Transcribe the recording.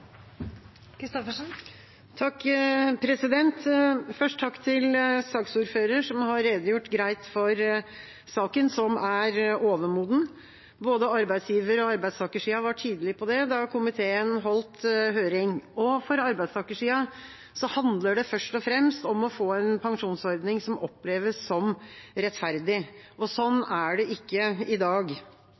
Først takk til saksordføreren for å ha redegjort greit for saken, som er overmoden. Både arbeidsgiver- og arbeidstakersida var tydelig på det da komiteen holdt høring. For arbeidstakersida handler det først og fremst om å få en pensjonsordning som oppleves som rettferdig. Sånn er det ikke i dag.